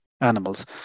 animals